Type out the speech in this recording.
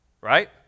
right